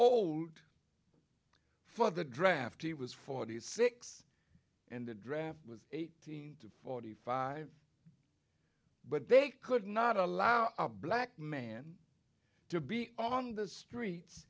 old for the draft he was forty six and the draft was eighteen to forty five but they could not allow a black man to be on the streets